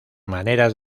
maneras